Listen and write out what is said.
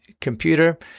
computer